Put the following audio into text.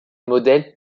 modèles